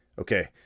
Okay